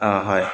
অঁ হয়